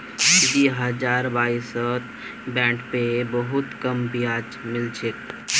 दी हजार बाईसत बॉन्ड पे बहुत कम ब्याज मिल छेक